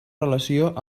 relació